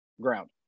ground